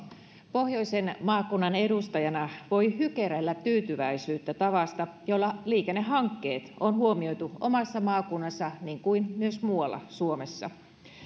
pohjoisen maakunnan edustajana voi hykerrellä tyytyväisyyttä tavasta jolla liikennehankkeet on huomioitu omassa maakunnassa niin kuin myös muualla suomessa